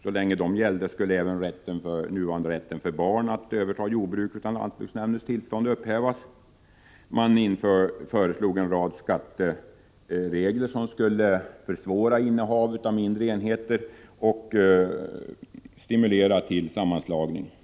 Så länge dessa planer gäller skall även den nuvarande rätten för barn att utan lantbruksnämndens tillstånd överta jordbruk upphävas. Utredningen föreslog också införande av en rad skatteregler som skulle försvåra innehav av mindre enheter och stimulera till sammanslagning.